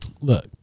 look